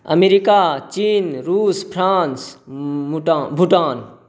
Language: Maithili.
अमेरिका चीन रूस फ्रांस बूटान भूटान